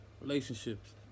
relationships